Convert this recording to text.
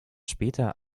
später